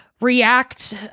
React